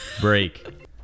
Break